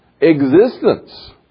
existence